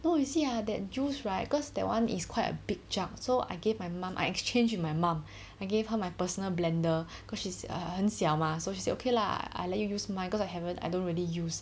no you see ah that juice right cause that [one] is quite a big jug so I gave my mum I exchange with my mum I gave her my personal blender cause she's err 很小 mah so she said okay lah I let you use mine cause I haven't I don't really use